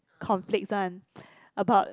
conflicts one about